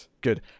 good